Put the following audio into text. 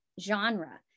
genre